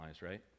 right